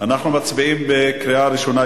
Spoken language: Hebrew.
אנחנו מצביעים בקריאה ראשונה.